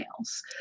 else